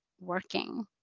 working